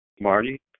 Marty